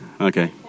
Okay